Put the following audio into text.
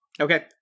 Okay